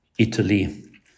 Italy